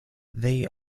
they